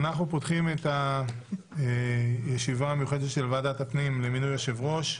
אנחנו פותחים את הישיבה המיוחדת של ועדת הפנים למינוי יושב-ראש.